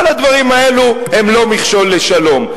כל הדברים האלו הם לא מכשול לשלום.